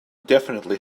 definitely